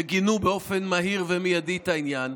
שגינו באופן מהיר ומיידי את העניין,